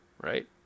Right